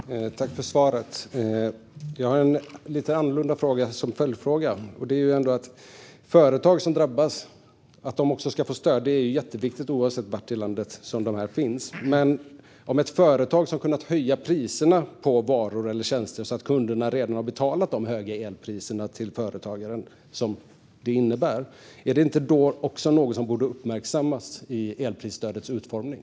Herr talman! Jag tackar för svaret. Jag har en lite annorlunda följdfråga. Att företag som drabbas också ska få stöd är jätteviktigt, oavsett var i landet de finns. Men ett företag kan höja priserna på varor eller tjänster så att kunderna betalar företagaren för de höga elpriser som det innebär. Är inte det också något som borde uppmärksammas i elprisstödets utformning?